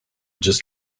just